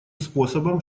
способом